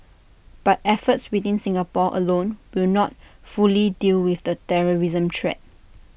but efforts within Singapore alone will not fully deal with the terrorism threat